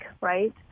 right